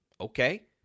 okay